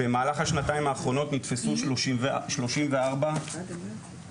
במהלך השנתיים האחרונות נתפסו 34 נשקים